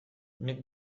nik